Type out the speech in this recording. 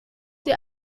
die